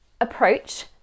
Approach